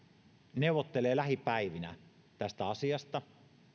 neuvottelee lähipäivinä tästä asiasta